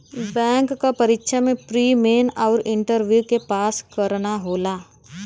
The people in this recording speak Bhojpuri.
बैंक क परीक्षा में प्री, मेन आउर इंटरव्यू के पास करना होला